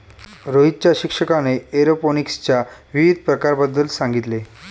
रोहितच्या शिक्षकाने एरोपोनिक्सच्या विविध प्रकारांबद्दल सांगितले